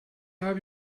habe